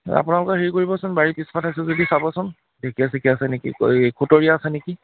আপোনালোকে হেৰি কৰিবচোন বাৰী পিছফালে আছে যদি চাবচোন ঢেকীয়া চেকীয়া আছে নেকি এই খুতৰীয়া আছে নেকি